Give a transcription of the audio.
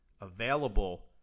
available